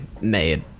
made